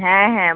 হ্যাঁ হ্যাঁ